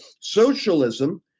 Socialism